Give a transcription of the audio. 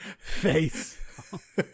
Face